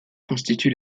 constitue